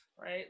right